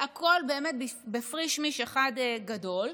הכול בפריש-מיש אחד גדול.